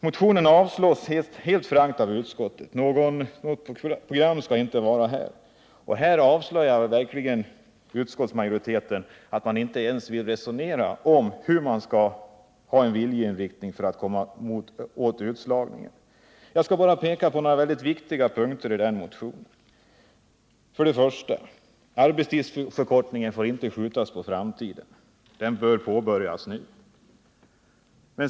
Motionen avstyrks helt frankt av utskottet — något program skall det inte vara här. Utskottsmajoriteten avslöjar att man inte ens vill resonera om en viljeinriktning för att komma åt utslagningen. Jag skall peka på några mycket viktiga punkter i motionen. För det första får inte arbetstidsförkortningen skjutas på framtiden, den bör påbörjas nu.